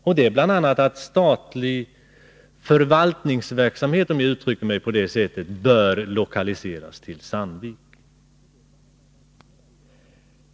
Det gäller bl.a. statlig förvaltning som bör lokaliseras till Sandviken.